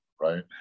right